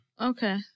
Okay